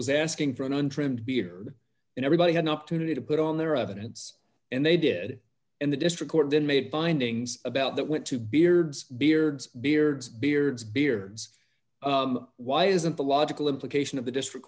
was asking for an untrimmed beard and everybody had an opportunity to put on their evidence and they did and the district court then made findings about that went to beards beards beards beards beards why isn't the logical implication of the district